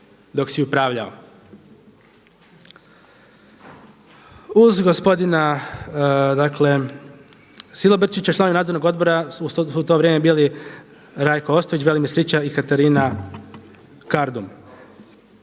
dok si upravljao. Uz gospodina Silobrčića članovi nadzornog odbora su u to vrijeme bili Rajko Ostojić, Velimir … i Katarina Kardum.